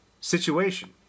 situation